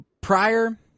prior